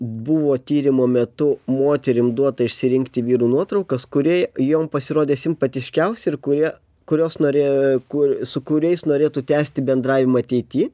buvo tyrimo metu moterim duota išsirinkti vyrų nuotraukas kurie jom pasirodė simpatiškiausi ir kurie kurios norėjo kur su kuriais norėtų tęsti bendravimą ateity